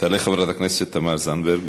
תעלה חברת הכנסת תמר זנדברג.